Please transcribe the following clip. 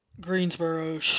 Greensboro